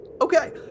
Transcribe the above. Okay